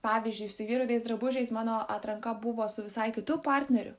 pavyzdžiui su vyrai juodais drabužiais mano atranka buvo su visai kitu partneriu